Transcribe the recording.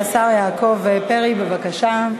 השר יעקב פרי, בבקשה,